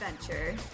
adventure